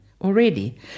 already